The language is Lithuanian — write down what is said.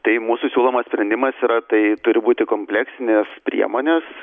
tai mūsų siūlomas sprendimas yra tai turi būti kompleksinės priemonės